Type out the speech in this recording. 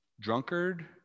drunkard